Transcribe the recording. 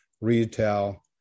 retail